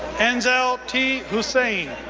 anzal t. hussain,